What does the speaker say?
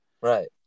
Right